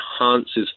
enhances